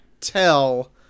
tell